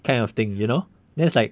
kind of thing you know that's like